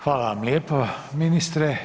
Hvala vam lijepo ministre.